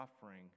suffering